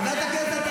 תקשיב טוב.